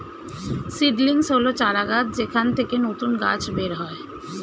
seedlings হল চারাগাছ যেখান থেকে নতুন গাছ বের হয়